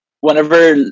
whenever